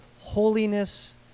holiness